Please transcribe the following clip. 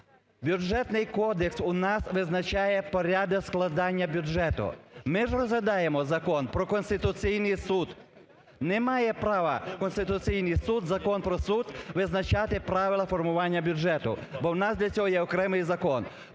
Бюджетний кодекс у нас визначає порядок складання бюджету. Ми ж розглядаємо Закон про Конституційний Суд. Не має права Конституцій Суд, закон про суд, визначати правила формування бюджету, бо в нас для цього є окремий закон.